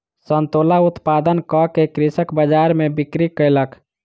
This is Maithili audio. संतोला उत्पादन कअ के कृषक बजार में बिक्री कयलक